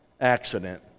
accident